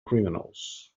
criminals